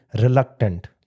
reluctant